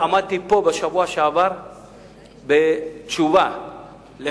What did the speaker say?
הבאתי פה בשבוע שעבר תשובה של